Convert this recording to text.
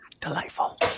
Delightful